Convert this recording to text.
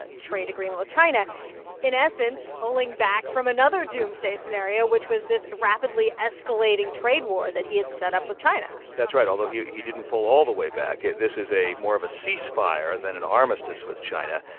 ah trade agreement with china in essence, pulling back from another doomsday scenario, which was this rapidly escalating trade war that he had set up with china that's right. although, he he didn't pull all the way back. this is a more of a cease-fire than an armistice with china.